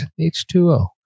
H2O